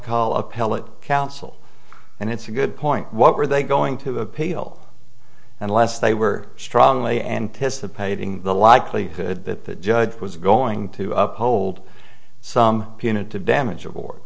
call appellate counsel and it's a good point what were they going to appeal unless they were strongly anticipating the likelihood that the judge was going to up hold some punitive damage award